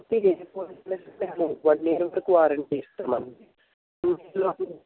one year వరకు warranty ఇస్తాము అండి